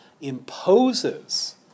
imposes